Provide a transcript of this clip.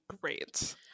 Great